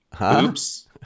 oops